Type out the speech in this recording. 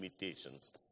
limitations